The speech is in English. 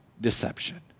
Deception